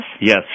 Yes